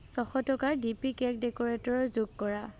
ছশ টকাৰ DP cake decorator যোগ কৰা